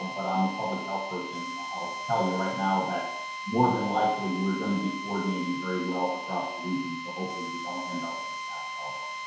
but i'm a public health person and i'll i'll so tell you right now that more than likely, we're going to be coordinating very well across the region. so hopefully we don't end up in that problem.